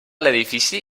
l’edifici